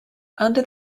under